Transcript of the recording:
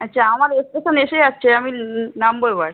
আচ্ছা আমার স্টেশান এসে যাচ্ছে আমি ল নামবো এবার